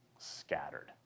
scattered